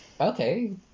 okay